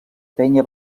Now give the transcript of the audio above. penya